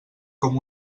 com